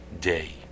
day